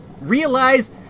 realize